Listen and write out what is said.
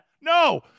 No